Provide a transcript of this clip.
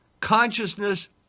consciousness